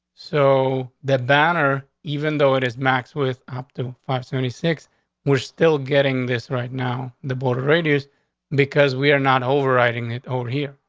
so that banner, even though it is max with up to five seventy six we're still getting this right now, the border radius because we're not overriding it over here.